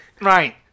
Right